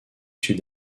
sud